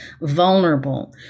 vulnerable